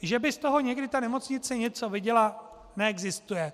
Že by z toho někdy ta nemocnice něco viděla, neexistuje.